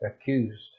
accused